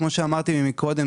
כמו שאמרתי קודם,